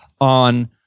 on